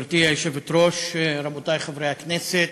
גברתי היושבת-ראש, רבותי חברי הכנסת,